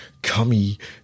cummy